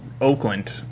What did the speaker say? Oakland